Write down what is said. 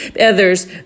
others